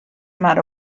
amount